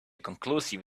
conclusive